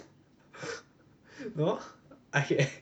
no I I